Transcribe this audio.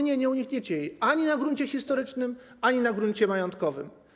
Nie, nie unikniecie jej ani na gruncie historycznym, ani na gruncie majątkowym.